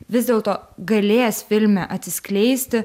vis dėlto galės filme atsiskleisti